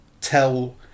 tell